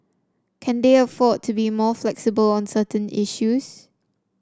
can they afford to be more flexible on certain issues